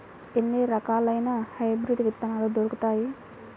ఎన్ని రకాలయిన హైబ్రిడ్ విత్తనాలు దొరుకుతాయి?